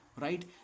Right